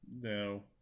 no